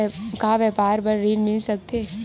का व्यापार बर ऋण मिल सकथे?